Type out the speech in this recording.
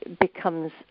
becomes